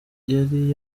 yari